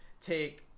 take